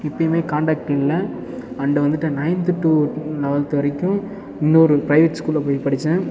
இப்போயுமே contact இல்லை and வந்துட்டு ninth to eleventh வரைக்கும் இன்னொரு பிரைவேட் ஸ்கூலில் போய் படித்தேன்